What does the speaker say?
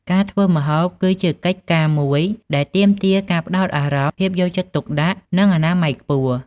ការធ្វើម្ហូបគឺជាកិច្ចការមួយដែលទាមទារការផ្តោតអារម្មណ៍ ភាពយកចិត្តទុកដាក់ និងអនាម័យខ្ពស់។